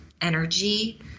energy